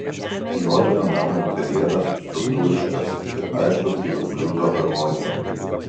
juodojo namo interjeras struktūriškas ir aiškus kaip bliuzo harmonija